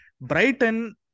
Brighton